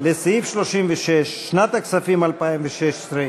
על סעיף 36 לשנת הכספים 2016,